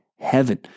Heaven